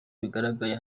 bigaragaye